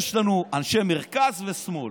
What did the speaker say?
יש לנו אנשי מרכז ושמאל.